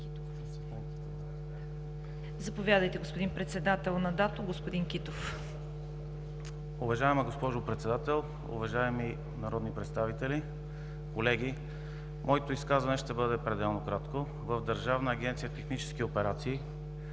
Заповядайте, господин Председател на ДАТО, господин Китов. ЦВЕТАН КИТОВ: Уважаема госпожо Председател, уважаеми народни представители, колеги! Моето изказване ще бъде пределно кратко. В Държавна агенция „Технически операции“